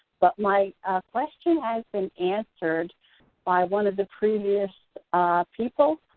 but my question has been answered by one of the previous people.